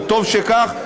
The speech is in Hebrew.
וטוב שכך,